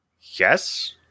Yes